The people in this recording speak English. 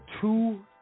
two